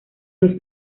los